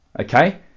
okay